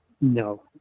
No